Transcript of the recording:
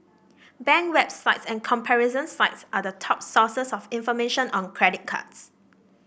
bank websites and comparison sites are the top sources of information on credit cards